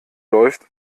läuft